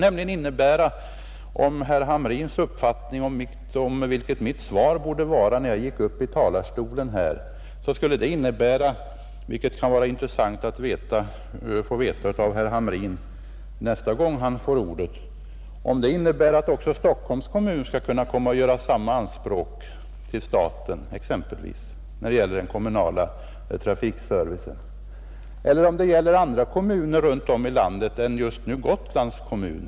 Om detta är herr Hamrins uppfattning om vilket svar jag borde lämna när jag gick upp i talarstolen — vilket kan vara intressant att få veta av herr Hamrin nästa gång han får ordet — skulle det också innebära att exempelvis Stockholms kommun skulle kunna göra samma anspråk gällande gentemot staten beträffande den kommunala trafikservicen? Gäller det även andra kommuner runt om i landet än, som just nu är fallet, Gotlands kommun?